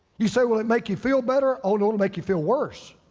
you say will it make you feel better? oh, no, it'll make you feel worse.